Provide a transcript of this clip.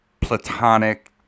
platonic